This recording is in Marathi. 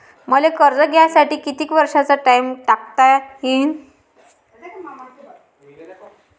मले कर्ज घ्यासाठी कितीक वर्षाचा टाइम टाकता येईन?